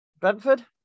Brentford